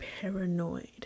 paranoid